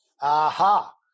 Aha